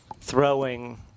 throwing